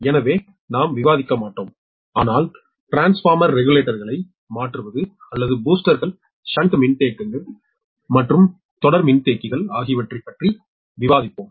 எனவே நாங்கள் விவாதிக்க மாட்டோம் ஆனால் டிரான்ஸ்பார்மர் ரெகுலேட்டர்களை மாற்றுவது அல்லது பூஸ்டர்கள் ஷன்ட் மின்தேக்கிகள் மற்றும் தொடர் மின்தேக்கிகள் ஆகியவற்றைப் பற்றி விவாதிப்போம்